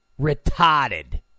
retarded